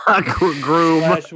groom